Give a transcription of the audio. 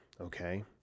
Okay